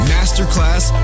Masterclass